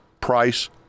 price